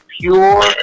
pure